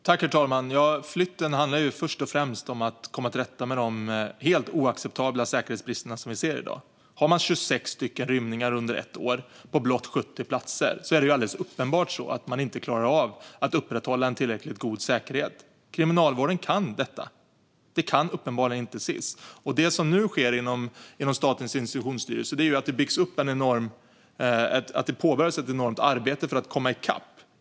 Herr talman! Flytten handlar ju först och främst om att komma till rätta med de helt oacceptabla säkerhetsbrister som vi ser i dag. Har man 26 rymningar under ett år med blott 70 platser är det alldeles uppenbart så att man inte klarar av att upprätthålla en tillräckligt god säkerhet. Kriminalvården kan detta. Det kan uppenbarligen inte Sis. Det som nu sker inom Statens institutionsstyrelse är att det påbörjas ett enormt arbete för att komma i kapp.